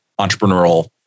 entrepreneurial